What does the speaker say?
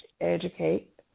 educate